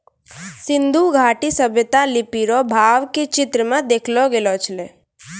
सिन्धु घाटी सभ्यता लिपी रो भाव के चित्र मे देखैलो गेलो छलै